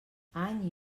any